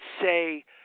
say